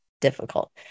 difficult